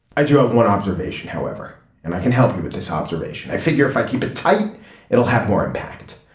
i do have one observation however and i can help you with this observation. i figure if i keep it tight it will have more impact.